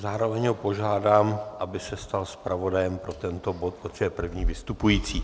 Zároveň ho požádám, aby se stal zpravodajem pro tento bod, protože je první vystupující.